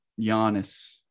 Giannis